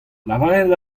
lavaret